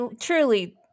truly